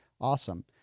awesome